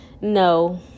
No